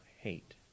hate